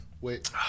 Wait